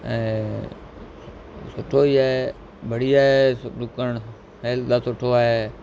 ऐं सुठो ई आहे बढ़िया आहे डुकणु हेल्थ लाइ सुठो आहे